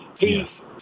Yes